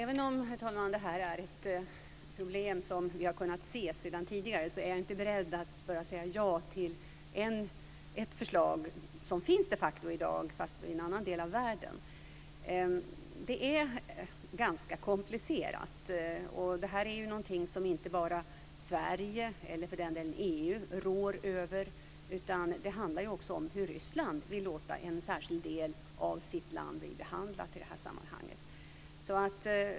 Herr talman! Även om vi har kunnat se detta problem redan tidigare är jag inte beredd att bara säga ja till förslaget att införa ett system som finna i en annan del av världen. Det är ganska komplicerat. Det här är inte någonting som Sverige, eller för den delen EU, råder över, utan det handlar också om hur Ryssland vill låta en särskild del av sitt land bli behandlat.